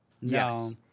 Yes